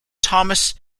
thomas